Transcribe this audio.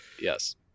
yes